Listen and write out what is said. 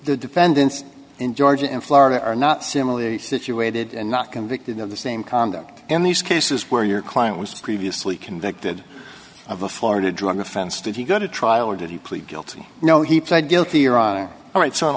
the defendants in georgia in florida are not similarly situated and not convicted of the same conduct in these cases where your client was previously convicted of a florida drug offense did he go to trial or did he plead guilty no he pled guilty your honor all right s